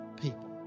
people